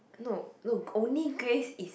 no look only Grace is